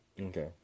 Okay